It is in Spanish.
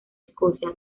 escocia